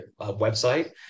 website